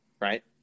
Right